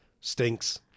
Stinks